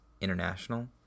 International